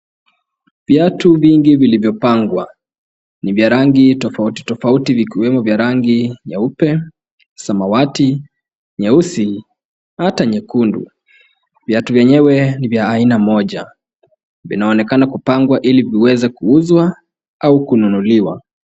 Viatu vingi vilivyopangwa ni vya rangi tofauti tofauti vikiwemo vya rangi nyeupe, samawati, nyeusi hata nyekundu. Viatu vyenyewe ni vya aina moja. Vinaonekana kupangwa ili viweze kuuzwa kununuliwa.